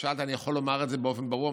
שאלתי: אני יכול לומר את זה באופן ברור?